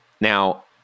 now